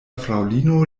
fraŭlino